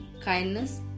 kindness